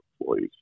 employees